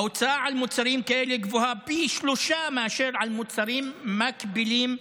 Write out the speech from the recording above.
ההוצאה על מוצרים כאלה גבוהה פי שלושה מאשר על מוצרים מקבילים רגילים,